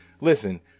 Listen